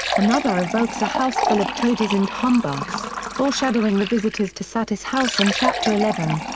another evokes a house full of toadies and humbugs, foreshadowing the visitors to satis house in chapter eleven.